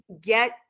get